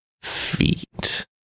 feet